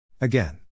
Again